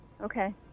Okay